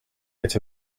its